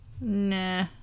Nah